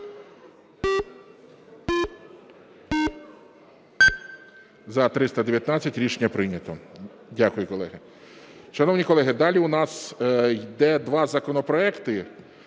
За-319 Рішення прийнято. Дякую, колеги.